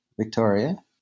Victoria